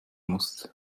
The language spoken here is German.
muss